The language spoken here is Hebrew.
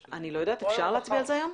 אני לא יודעת, אפשר להצביע על זה היום?